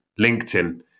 LinkedIn